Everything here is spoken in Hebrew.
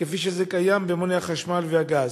כפי שזה קיים במוני החשמל והגז?